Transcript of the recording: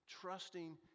trusting